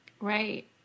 right